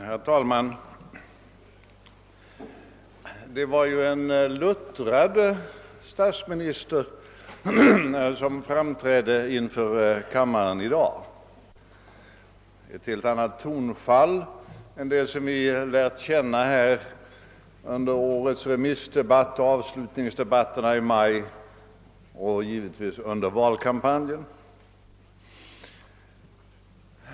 Herr talman! Det var ju en luttrad statsminister som framträdde inför kammaren i dag. Han hade ett helt annat tonfall än det som vi lärt känna under årets remissdebatt och avslutningsdebatterna i maj och givetvis under valkampanjen.